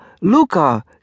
Luca